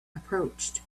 approached